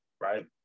right